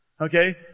Okay